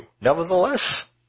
Nevertheless